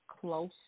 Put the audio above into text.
close